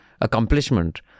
accomplishment